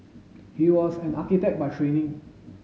he was an architect by training